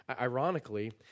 Ironically